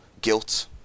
guilt